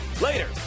later